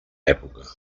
època